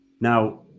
Now